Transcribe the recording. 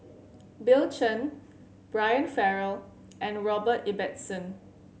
Bill Chen Brian Farrell and Robert Ibbetson